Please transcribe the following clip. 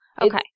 Okay